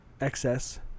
Excess